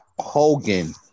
Hogan